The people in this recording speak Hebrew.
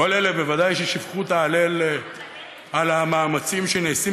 בוודאי כל אלה ששפכו את ההלל על המאמצים שנעשים